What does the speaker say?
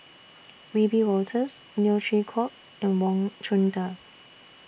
Wiebe Wolters Neo Chwee Kok and Wang Chunde